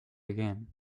again